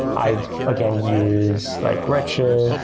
i've, again, used like red shift.